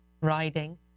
riding